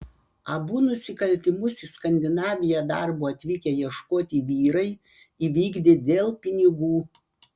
abu nusikaltimus į skandinaviją darbo atvykę ieškoti vyrai įvykdė dėl pinigų